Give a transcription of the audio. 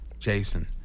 Jason